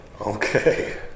Okay